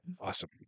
awesome